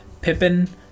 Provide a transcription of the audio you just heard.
Pippin